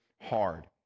hard